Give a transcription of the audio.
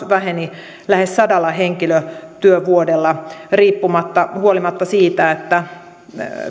väheni lähes sadalla henkilötyövuodella huolimatta siitä että